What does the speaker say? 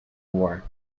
war